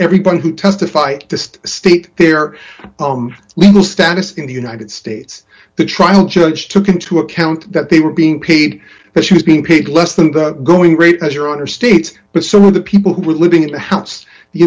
everybody who testified to state their legal status in the united states the trial judge took into account that they were being paid because she was being paid less than the going rate as your own or states but some of the people who were living in the house the